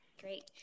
Great